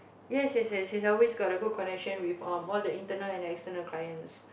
yes yes yes he's always got a good connection with um all the internal and external clients